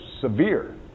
severe